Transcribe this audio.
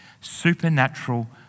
supernatural